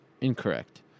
Incorrect